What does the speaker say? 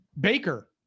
baker